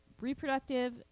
reproductive